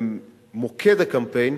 במוקד הקמפיין